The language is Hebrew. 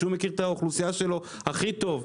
שהוא מכיר את האוכלוסייה שלו הכי טוב?